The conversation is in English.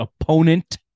opponent